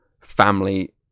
family